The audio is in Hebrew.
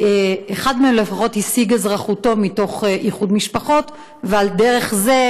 אחד מהם לפחות השיג את אזרחותו מתוך איחוד משפחות ועל דרך זה